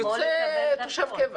יוצא תושב קבע.